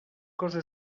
cosa